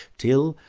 till,